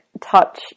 touch